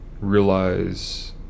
realize